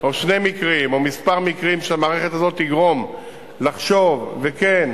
או שני מקרים או כמה מקרים שבהם המערכת הזאת תגרום לחשוב וכן